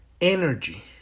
energy